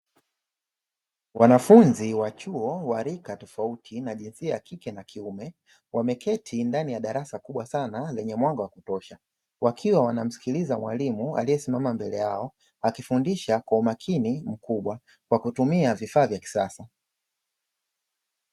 Wanafunzi wa chuo wa rika tofauti, na jinsia ya kike na kiume, wameketi ndani ya darasa kubwa sana lenye mwanga wa kutosha. Wakiwa wanamsikiliza mwalimu aliyesimama mbele yao akifundisha kwa umakini mkubwa kwa kutumia vifaa vya kisasa.